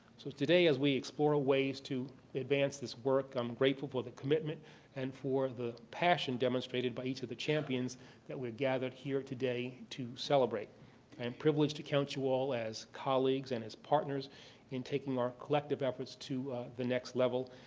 so today, as we explore ways to advance this work, i'm grateful for the commitment and for the passion demonstrated by each of the champions that we're gathered here today to celebrate. i am privileged to count you all as colleagues and as partners in taking our collective efforts to the next level.